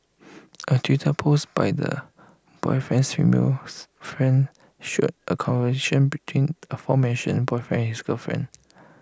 A Twitter post by the boyfriend's female friend show A a conversation between aforementioned boyfriend and his girlfriend